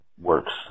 works